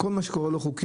כל מה שקורה והוא לא חוקי,